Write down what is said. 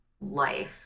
life